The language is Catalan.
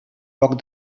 poc